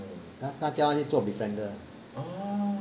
他叫她去做 befriender